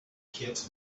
kits